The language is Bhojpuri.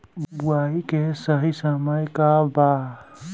बुआई के सही समय का वा?